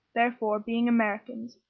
therefore, being americans,